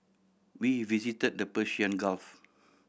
we visited the Persian Gulf